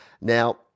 Now